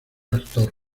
actor